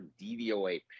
DVOA